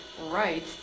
right